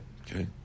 Okay